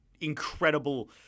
incredible